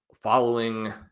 following